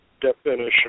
definition